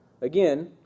Again